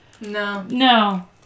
No